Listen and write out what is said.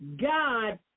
God